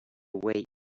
way